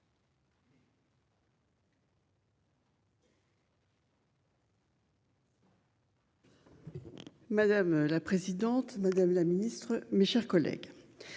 Madame la présidente, madame la ministre, mes chers collègues.